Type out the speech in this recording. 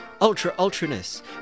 ultra-ultraness